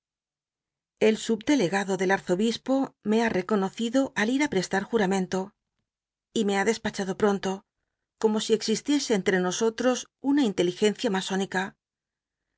el subdelegado del arzobispo me ha reconocido al ir ptcslar juramenlo y me ha despachado biblioteca nacional de españa david copperfield pron to como si exisliese entre nosotros una inteligencia masón